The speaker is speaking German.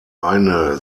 eine